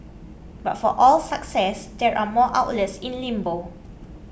but for all success there are more outlets in limbo